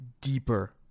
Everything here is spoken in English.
deeper